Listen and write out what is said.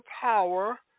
power